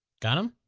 got them?